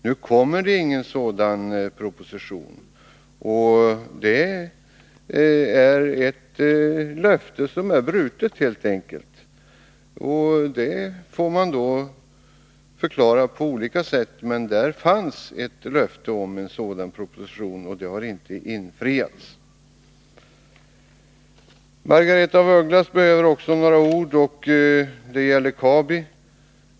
Nu kommer det ingen sådan proposition. Ett löfte är brutet helt enkelt. Det får man då förklara på olika sätt, men där fanns ett löfte om en proposition, och det har inte infriats. Margaretha af Ugglas behöver också några ord — det gäller Kabi.